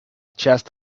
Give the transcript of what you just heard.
chest